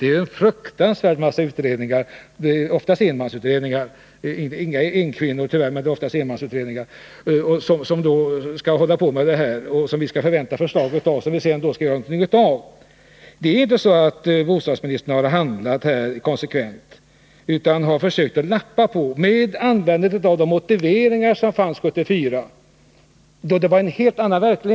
Det är en fruktansvärd mängd — oftast enmansutredningar, inga enkvinneutredningar, tyvärr — som vi kan förvänta förslag ifrån, vilka vi sedan skall göra någonting av. Bostadsministern har här inte försökt handla konsekvent. Hon har försökt att lappa på vad vi redan har, med användande av motiveringarna från 1974, då verkligheten såg helt annorlunda ut.